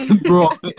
bro